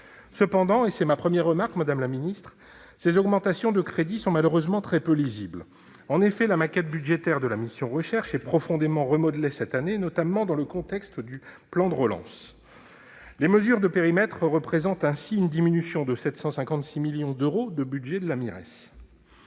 Cependant, et c'est ma première remarque, madame la ministre, ces augmentations de crédits sont malheureusement très peu lisibles. En effet, la maquette budgétaire de la mission interministérielle « Recherche et enseignement supérieur » (Mires) est profondément remodelée cette année, notamment dans le contexte du plan de relance. Les mesures de périmètre représentent ainsi une diminution de 756 millions d'euros du budget de la Mires.